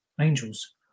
angels